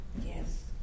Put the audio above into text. Yes